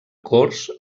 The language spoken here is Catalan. cors